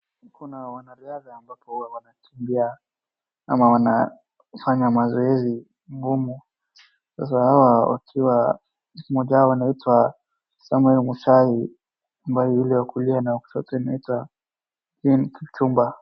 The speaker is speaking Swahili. Kuna wana riadhaa ambapo huwa wanakimbia ama wanafanya mazoezi ngumu. Sasa hawa wakiwa mmoja wao anaitwa Samuel Mushai ambaye ule wa kulia anaitwa Jean Kipchumba.